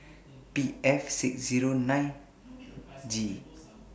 P F six Zero nine G